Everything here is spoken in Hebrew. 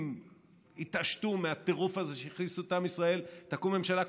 אם יתעשתו מהטירוף הזה שהכניסו אליו את עם ישראל ותקום ממשלה,